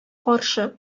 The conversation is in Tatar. каршы